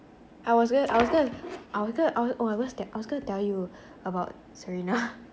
I was gonna I was gonna I wanted oh I was I was gonna tell you about serena